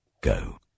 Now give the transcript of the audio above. Go